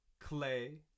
Clay